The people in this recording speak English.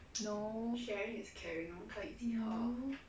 no no